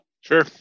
Sure